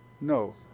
No